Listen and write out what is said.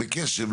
בקשב,